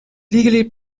legally